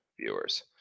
viewers